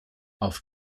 auf